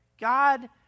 God